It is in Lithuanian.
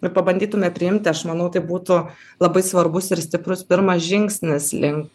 ir pabandytume priimti aš manau tai būtų labai svarbus ir stiprus pirmas žingsnis link